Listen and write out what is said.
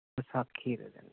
ਵਿਸਾਖੀ ਦੇ ਦਿਨ